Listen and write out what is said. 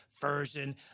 version